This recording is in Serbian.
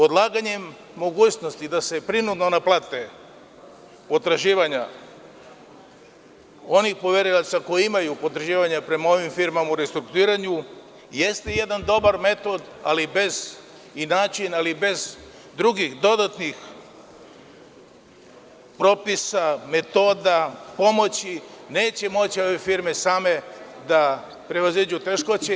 Odlaganjem mogućnosti da se prinudno naplate potraživanja onih poverilaca koji imaju potraživanja prema ovim firmama u restrukturiranju jeste jedan dobar metod i način, ali bez drugih dodatnih propisa, metoda, pomoći neće moći ove firme same da prevaziđu teškoće.